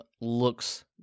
looks